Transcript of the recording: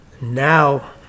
Now